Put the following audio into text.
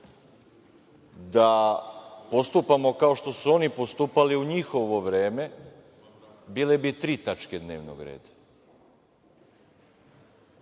Da postupamo kao što su oni postupali u njihovo vreme bile bi tri tačke dnevnog reda